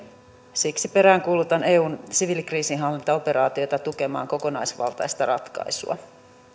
siksi peräänkuulutan eun siviilikriisinhallintaoperaatiota tukemaan kokonaisvaltaista ratkaisua